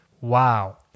Wow